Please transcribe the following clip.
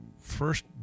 first